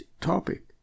topic